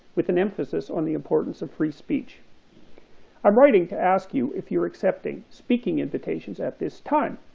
with an emphasis on the importance of free speech i'm writing to ask you if you're accepting speaking invitations at this time,